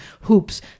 hoops